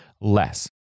less